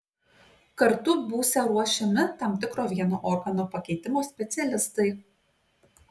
kartu būsią ruošiami tam tikro vieno organo pakeitimo specialistai